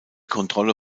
kontrolle